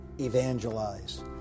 evangelize